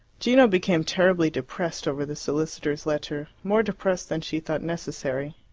gino became terribly depressed over the solicitors' letter, more depressed than she thought necessary.